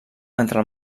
entre